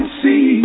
see